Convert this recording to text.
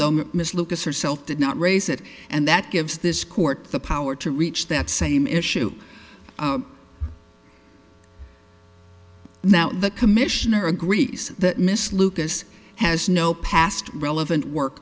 though miss lucas herself did not raise it and that gives this court the power to reach that same issue now the commissioner agrees that miss lucas has no past relevant work